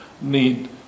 need